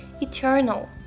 eternal